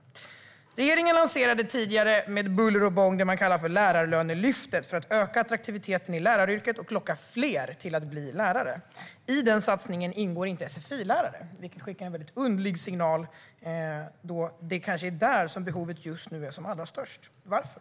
Regeringen lanserade tidigare med buller och bång det man kallar för Lärarlönelyftet för att öka attraktiviteten i läraryrket och locka fler att bli lärare. I den satsningen ingår inte sfi-lärare, vilket skickar en väldigt underlig signal, eftersom det kanske är där som behovet just nu är som allra störst. Varför?